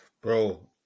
Bro